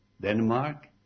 Denmark